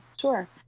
Sure